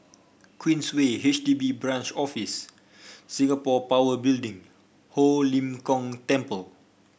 Queensway H D B Branch Office Singapore Power Building Ho Lim Kong Temple